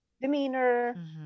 demeanor